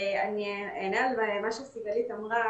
אני אגע במה שסיגלית אמרה,